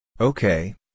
Okay